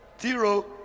Zero